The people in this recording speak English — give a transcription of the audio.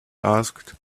asked